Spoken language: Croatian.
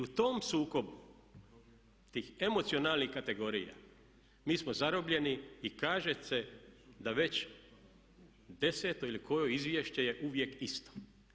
I u tom sukobu tih emocionalnih kategorija mi smo zarobljeni i kaže se da već 10. ili koje izvješće je uvijek isto.